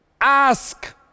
Ask